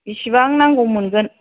बिसिबां नांगौ मोनगोन